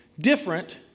different